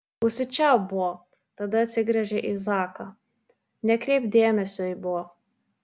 užsičiaupk bo tada atsigręžė į zaką nekreipk dėmesio į bo